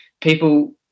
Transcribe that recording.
people